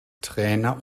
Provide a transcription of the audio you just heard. trainer